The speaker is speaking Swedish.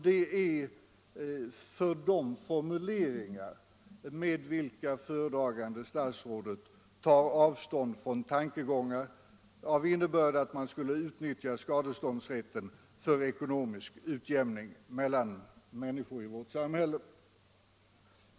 Det gäller de formuleringar med vilka föredragande statsrådet tar avstånd från tankegångar av innebörd, att man skulle utnyttja skadeståndsrätten för ekonomisk utjämning mellan människor i vårt samhälle.